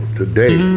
today